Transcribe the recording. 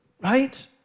Right